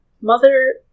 Mother